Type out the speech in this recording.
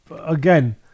again